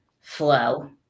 flow